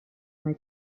mai